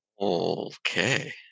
Okay